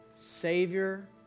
Savior